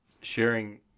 Sharing